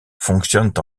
fonctionnent